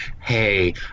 Hey